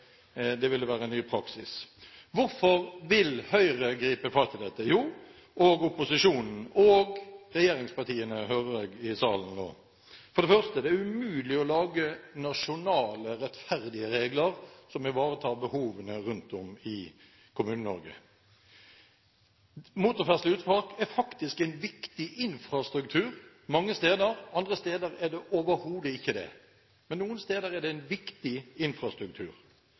Det ville være en ny praksis. Hvorfor vil Høyre gripe fatt i dette, og opposisjonen og regjeringspartiene, hører jeg i salen nå? For det første er det umulig å lage nasjonale, rettferdige regler som ivaretar behovene rundt om i Kommune-Norge. Motorferdsel i utmark er faktisk en viktig infrastruktur mange steder – andre steder er det overhodet ikke det – men noen steder er det en viktig infrastruktur.